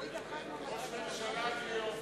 ראש ממשלה בלי אופי.